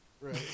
Right